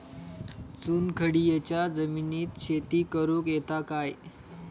चुनखडीयेच्या जमिनीत शेती करुक येता काय?